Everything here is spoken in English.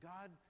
God